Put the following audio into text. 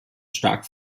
stark